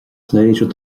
pléisiúr